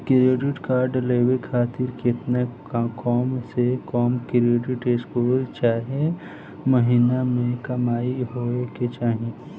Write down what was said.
Credit card लेवे खातिर केतना कम से कम क्रेडिट स्कोर चाहे महीना के कमाई होए के चाही?